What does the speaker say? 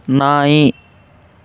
ನಾಯಿ